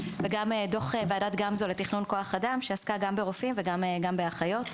דוח ועדת גמזו לתכנון כוח אדם שעסקה גם ברופאים וגם באחיות.